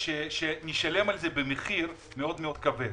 שנשלם על זה במחיר מאוד מאוד כבד.